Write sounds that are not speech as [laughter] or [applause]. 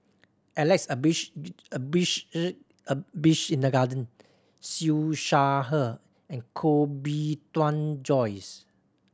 Alex [unintelligible] Abisheganaden Siew Shaw Her and Koh Bee Tuan Joyce